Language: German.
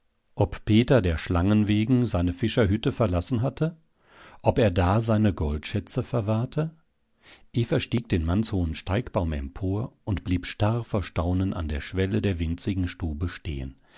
peter der schlangen wegen seine fischerhütte verlassen hatte ob er da seine goldschätze verwahrte eva stieg den mannshohen steigbaum empor und blieb starr vor staunen an der schwelle der winzigen stube stehen